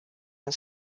and